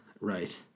right